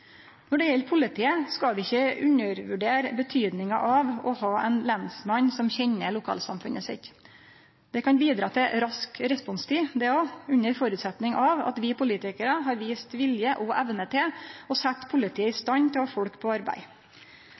Når det gjeld politiet, skal vi ikkje undervurdere kva det har å seie å ha ein lensmann som kjenner lokalsamfunnet sitt. Det kan bidra til rask responstid, under føresetnad av at vi politikarar har vist vilje og evne til å setje politiet i stand til å ha folk på arbeid.